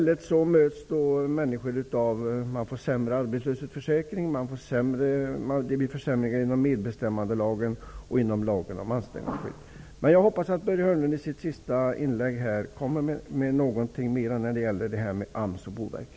Samtidigt möts människor av besked om försämrad arbetslöshetsförsäkring samt om försämringar i medbestämmandelagen och i lagen om anställningsskydd. Jag hoppas att Börje Hörnlund i sitt sista inlägg kan ge mera av besked än det som gäller AMS och Boverket.